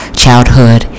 childhood